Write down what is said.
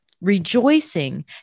rejoicing